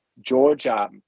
Georgia